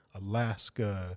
Alaska